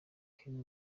kenny